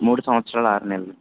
మూడు సంవత్సరాల ఆరు నెలలు